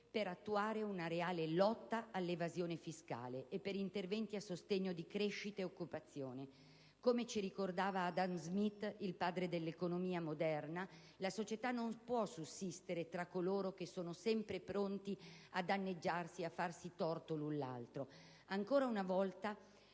per attuare una reale lotta all'evasione fiscale e per realizzare interventi a sostegno della crescita e dell'occupazione. Come ricordava Adam Smith, il padre dell'economia moderna, la società non può sussistere tra coloro che sono sempre pronti a danneggiarsi e a farsi torto l'un l'altro. Ancora una volta